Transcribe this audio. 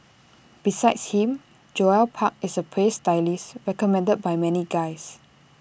besides him Joel park is A praised stylist recommended by many guys